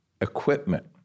equipment